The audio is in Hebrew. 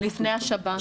לפני השבת?